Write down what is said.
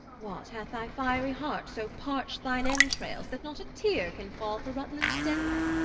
what, hath thy fierie heart so parcht thine entrayles, that not a teare can fall, for rutlands death?